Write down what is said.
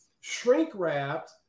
shrink-wrapped